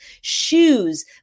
shoes